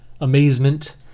amazement